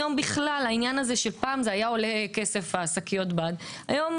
העניין שפעם שקיות הבד היו עולות כסף היום